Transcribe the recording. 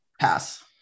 Pass